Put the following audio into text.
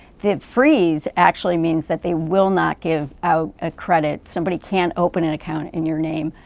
the freeze actually means that they will not give out a credit, somebody can't open an account in your name,